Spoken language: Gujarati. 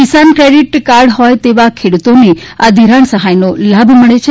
કિસાન ક્રેડિટ કાર્ડ હોય તેવા ખેડૂતોને આ ધિરાણ સહાયનો લાભ મળે છે